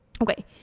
Okay